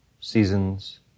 seasons